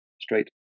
straight